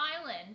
island